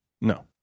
No